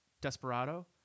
Desperado